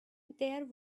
there